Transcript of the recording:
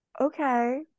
Okay